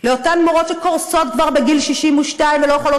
לאותן מורות שקורסות כבר בגיל 62 ולא יכולות